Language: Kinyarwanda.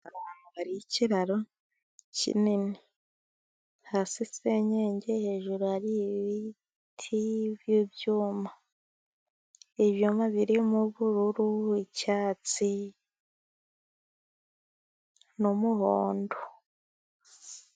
Hari ikiraro kinini. Hasi senyenge ,hejuru hari ibiti byuma. Ibinyuma birimo ubururu ,icyatsi n'umuhondo.